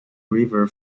river